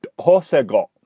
paul said, god,